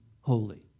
holy